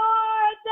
Lord